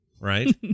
right